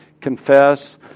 confess